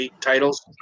titles